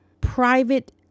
private